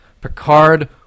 Picard